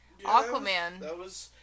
Aquaman